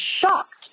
shocked